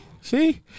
see